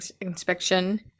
inspection